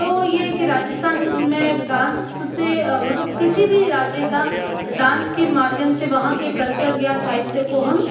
तो यह को राजस्थान में डांस से मतलब किसी भी राज्य का डांस के माध्यम से वहाँ के कल्चर या साहित्य को हम